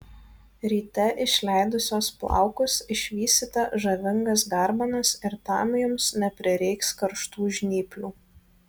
ryte išleidusios plaukus išvysite žavingas garbanas ir tam jums neprireiks karštų žnyplių